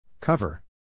Cover